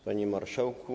Panie Marszałku!